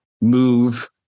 move